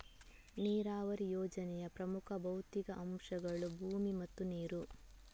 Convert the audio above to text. ನೀರಾವರಿ ಯೋಜನೆಯ ಪ್ರಮುಖ ಭೌತಿಕ ಅಂಶಗಳು ಭೂಮಿ ಮತ್ತು ನೀರು